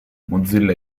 mozilla